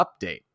update